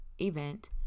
event